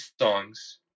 songs